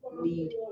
need